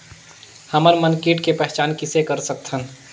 हमन मन कीट के पहचान किसे कर सकथन?